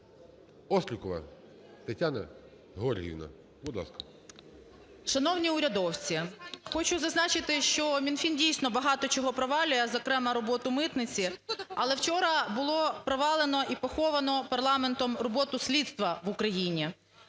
ласка. 10:41:07 ОСТРІКОВА Т.Г. Шановні урядовці! Хочу зазначити, що Мінфін, дійсно, багато чого провалює, зокрема роботу митниці. Але вчора було провалено і поховано парламентом роботу слідства в Україні.